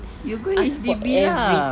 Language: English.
you go H_D_B ah